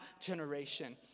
generation